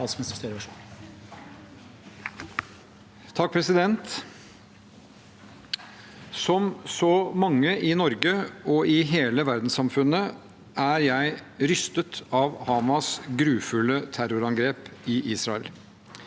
Støre Som så mange i Norge og i hele verdenssamfunnet er jeg rystet over Hamas’ grufulle terrorangrep i Israel.